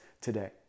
today